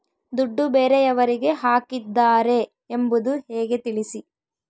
ದುಡ್ಡು ಬೇರೆಯವರಿಗೆ ಹಾಕಿದ್ದಾರೆ ಎಂಬುದು ಹೇಗೆ ತಿಳಿಸಿ?